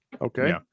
Okay